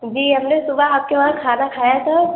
جی ہم نے صبح آپ کے وہاں کھانا کھایا تھا